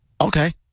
okay